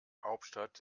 hauptstadt